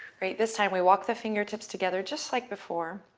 great. this time, we walk the fingertips together just like before.